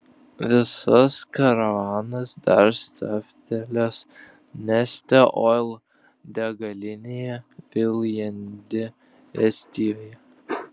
visas karavanas dar stabtelės neste oil degalinėje viljandi estijoje